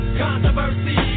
controversy